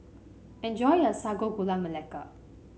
enjoy your Sago Gula Melaka